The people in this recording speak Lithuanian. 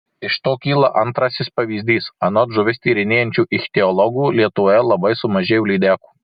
iš to kyla antrasis pavyzdys anot žuvis tyrinėjančių ichtiologų lietuvoje labai sumažėjo lydekų